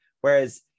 Whereas